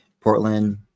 Portland